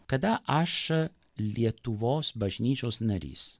kada aš lietuvos bažnyčios narys